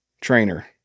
trainer